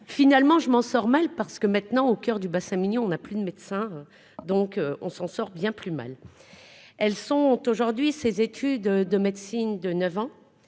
Finalement, je m'en sors mal. Que maintenant au coeur du bassin minier, on a plus de médecin, donc on s'en sort bien plus mal, elles sont aujourd'hui ses études de médecine de 9 ans